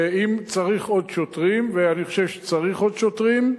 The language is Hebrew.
ואם צריך עוד שוטרים, ואני חושב שצריך עוד שוטרים,